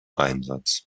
einsatz